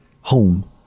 home